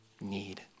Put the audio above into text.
need